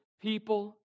people